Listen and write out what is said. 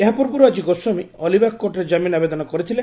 ଏହା ପୂର୍ବରୁ ଆଜି ଗୋସ୍ୱାମୀ ଅଲିବାଗ କୋର୍ଟରେ ଜାମିନ ଆବେଦନ କରିଥିଲେ